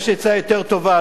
יש עצה יותר טובה,